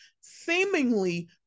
seemingly